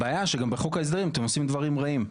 הבעיה היא שגם בחוק ההסדרים אתם עושים דברים רעים,